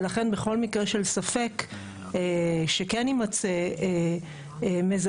ולכן בכל מקרה של ספק שכן יימצא מזהם,